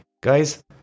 guys